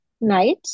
night